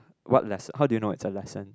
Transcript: what less~ how do you know it's a lesson